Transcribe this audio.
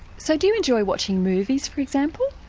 so do you enjoy watching movies, for example?